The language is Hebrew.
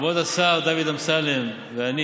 כבוד השר דוד אמסלם ואני